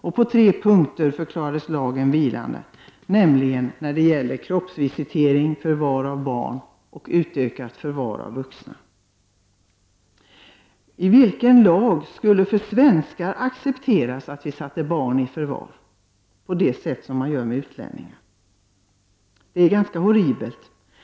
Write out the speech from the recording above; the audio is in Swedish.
Lagförslaget förklarades vilande på tre punkter, nämligen när det gäller kroppsvisitering, förvar av barn och utökat förvar av vuxna. I vilken lag skulle svenskar acceptera att det blev tillåtet att sätta barn i förvar på det sätt som man gör med utländska barn? Det är ganska horribelt.